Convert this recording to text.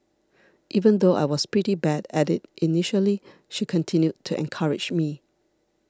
even though I was pretty bad at it initially she continued to encourage me